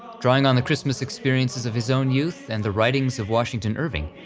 drawing on the christmas experiences of his own youth and the writings of washington irving,